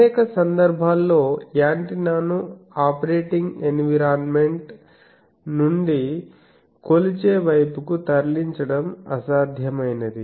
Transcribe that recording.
అనేక సందర్భాల్లో యాంటెన్నాను ఆపరేటింగ్ ఎన్విరాన్మెంట్ నుండి కొలిచే వైపుకు తరలించడం అసాధ్యమైనది